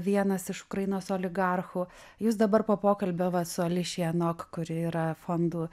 vienas iš ukrainos oligarchų jūs dabar po pokalbio va su ališija nok kuri yra fondų